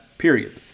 period